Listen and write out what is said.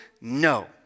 no